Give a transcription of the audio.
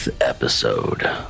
episode